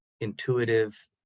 intuitive